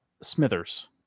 smithers